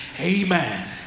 Amen